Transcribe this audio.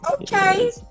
okay